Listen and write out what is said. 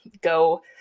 go